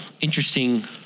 interesting